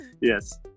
Yes